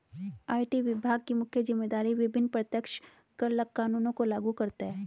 IT विभाग की मुख्य जिम्मेदारी विभिन्न प्रत्यक्ष कर कानूनों को लागू करता है